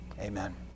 Amen